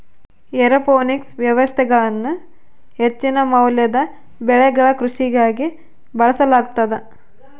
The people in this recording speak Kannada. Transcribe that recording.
ಏರೋಪೋನಿಕ್ ವ್ಯವಸ್ಥೆಗಳನ್ನು ಹೆಚ್ಚಿನ ಮೌಲ್ಯದ ಬೆಳೆಗಳ ಕೃಷಿಗಾಗಿ ಬಳಸಲಾಗುತದ